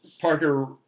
Parker